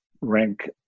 rank –